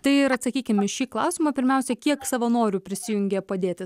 tai ir atsakykim į šį klausimą pirmiausia kiek savanorių prisijungė padėti